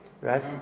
Right